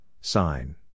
sign